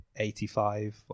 85